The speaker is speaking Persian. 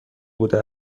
بوده